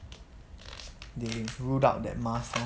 they ruled out that mask lor